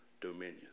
dominion